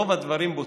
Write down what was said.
רוב הדברים בוצעו,